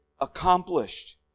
accomplished